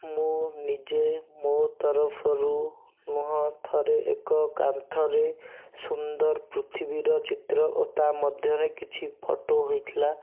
ମୁଁ ନିଜେ ମୋ ତରଫରୁ ନୁହଁ ଥରେ ଏକ କାନ୍ଥରେ ସୁନ୍ଦର ପୃଥିବୀର ଚିତ୍ର ଓ ତା ମଧ୍ୟରେ କିଛି ଫଟୋ ହୋଇଥିଲା